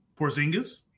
Porzingis